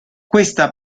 questa